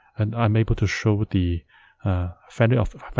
and i'm able to show but the value of but